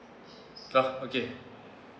but okay